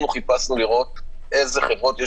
אנחנו חיפשנו לראות איזה חברות יש